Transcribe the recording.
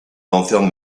lanterne